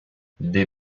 des